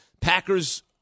Packers